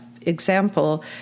example